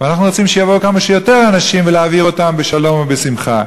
ואנחנו רוצים שיבואו כמה שיותר אנשים ולהעביר אותם בשלום ובשמחה.